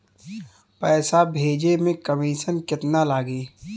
पैसा भेजे में कमिशन केतना लागि?